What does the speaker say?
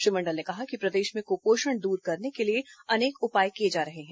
श्री मंडल ने कहा कि प्रदेश में कुपोषण दूर करने के लिए अनेक उपाए किए जा रहे हैं